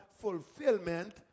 fulfillment